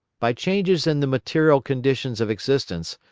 by changes in the material conditions of existence,